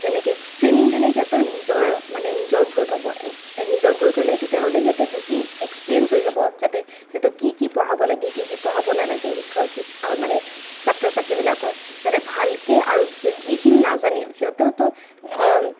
যেনেকে ট্ৰেইনিং দিলে সিহঁতৰ নিজৰ মানে নিজৰ গ্ৰথ হ'ব নিজৰ গ্ৰথ হ'লে তেতিয়াহ'লে সিহঁতে বেছি এক্সপিৰিয়েঞ্চ হৈ যাব যাতে সিহঁতক কি কি পঢ়াব লাগে কি কি পঢ়াব নালাগে শিক্ষক মানে ছাত্ৰ ছাত্ৰীবিলাকক সিহঁতে ভালকে আৰু যিখিনি নাজানে সিহঁতেওতো